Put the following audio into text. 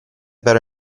però